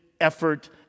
effort